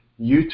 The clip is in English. YouTube